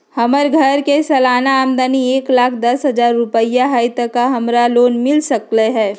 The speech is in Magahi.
हमर घर के सालाना आमदनी एक लाख दस हजार रुपैया हाई त का हमरा लोन मिल सकलई ह?